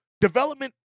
development